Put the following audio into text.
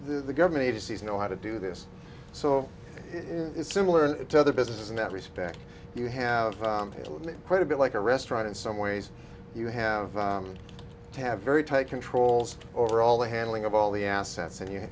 the government agencies know how to do this so it is similar to other businesses in that respect you have to admit quite a bit like a restaurant in some ways you have to have very tight controls over all the handling of all the assets and you